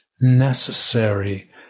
necessary